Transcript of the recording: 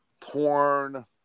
porn